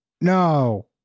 No